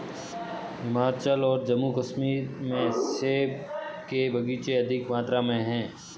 हिमाचल और जम्मू कश्मीर में सेब के बगीचे अधिक मात्रा में है